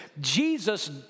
Jesus